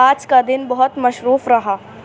آج کا دن بہت مصروف رہا